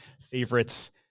favorites